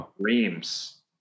dreams